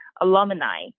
alumni